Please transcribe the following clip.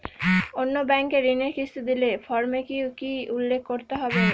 অন্য ব্যাঙ্কে ঋণের কিস্তি দিলে ফর্মে কি কী উল্লেখ করতে হবে?